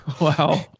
Wow